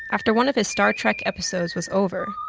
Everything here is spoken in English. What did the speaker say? after one of his star trek episodes was over,